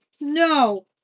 No